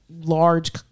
large